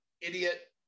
idiot